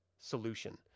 solution